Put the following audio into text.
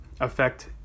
affect